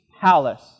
palace